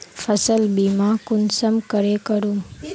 फसल बीमा कुंसम करे करूम?